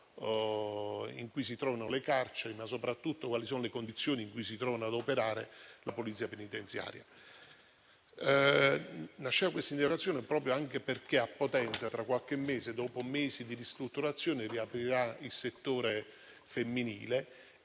in cui si trovano le carceri e soprattutto le condizioni in cui si trova ad operare la Polizia penitenziaria. Quest'interrogazione nasceva anche dal fatto che a Potenza tra qualche mese, dopo mesi di ristrutturazione, riaprirà il settore femminile